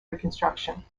reconstruction